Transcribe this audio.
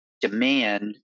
demand